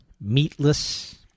meatless